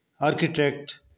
architect